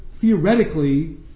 theoretically